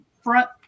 front